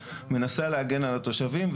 מנסה להגן על התושבים,